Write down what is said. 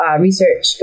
research